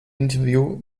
interview